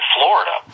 Florida